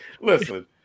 Listen